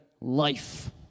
life